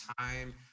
time